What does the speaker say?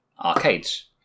arcades